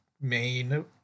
main